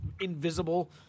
invisible